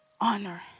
Honor